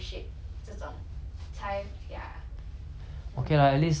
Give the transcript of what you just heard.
okay lah at least there's the negotiation going on lah but the thing is like